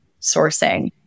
sourcing